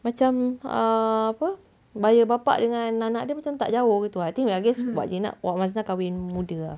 macam err apa baya bapa dengan anak dia macam tak jauh gitu lah I think lagi wak jenab wak masnah kahwin muda ah